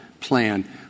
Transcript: plan